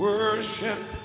Worship